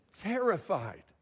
terrified